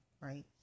right